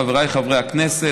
חבריי חברי הכנסת,